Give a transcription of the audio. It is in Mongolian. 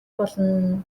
болно